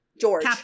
George